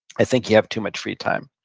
i think you have too much free time.